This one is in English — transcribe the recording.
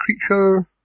creature